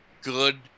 good